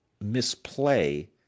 misplay